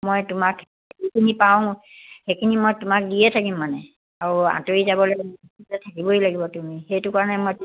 মই তোমাক যিখিনি পাৰোঁ সেইখিনি মই তোমাক দিয়ে থাকিম মানে আৰু আঁতৰি যাব নালাগিব মোৰ লগত থাকিবই লাগিব তুমি সেইটো কাৰণে মই